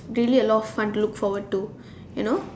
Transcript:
really a lot of fun to look forward to you know